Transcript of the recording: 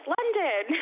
London